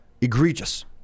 egregious